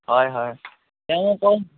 হয় হয় তেওঁ আকৌ